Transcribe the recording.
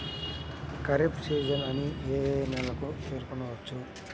Kharif season అని ఏ ఏ నెలలను పేర్కొనవచ్చు?